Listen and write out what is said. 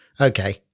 Okay